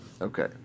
Okay